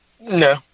No